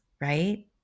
right